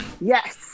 Yes